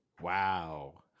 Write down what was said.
wow